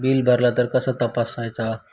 Bill भरला तर कसा तपसायचा?